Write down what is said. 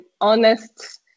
honest